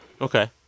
Okay